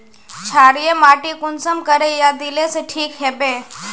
क्षारीय माटी कुंसम करे या दिले से ठीक हैबे?